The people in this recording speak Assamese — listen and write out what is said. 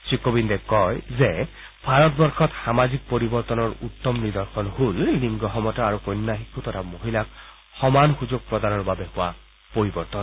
শ্ৰীকোবিন্দে কয় যে ভাৰতবৰ্ষত সামাজিক পৰিৱৰ্তনৰ উত্তম নিদৰ্শন হল লিংগ সমতা আৰু কন্যা শিশু তথা মহিলাক সমান সুযোগ প্ৰদানৰ বাবে হোৱা পৰিৱৰ্তন